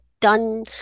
done